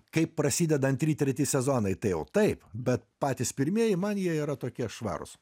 kai prasideda antri treti sezonai tai jau taip bet patys pirmieji man jie yra tokie švarūs